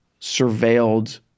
surveilled